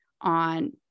on